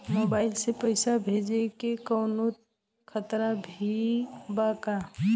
Mobile से पैसा भेजे मे कौनों खतरा भी बा का?